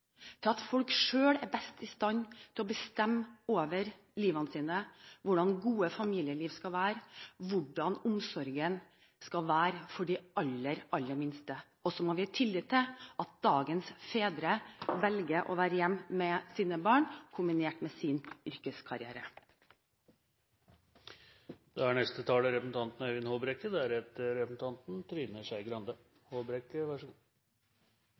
til at folk selv er best i stand til å bestemme over livet sitt, hvordan et godt familieliv skal være og hvordan omsorgen skal være for de aller minste. Og så må vi ha tillit til at dagens fedre velger å være hjemme med sine barn kombinert med sin yrkeskarriere. Foreldrepermisjon har vi for ungene. Det er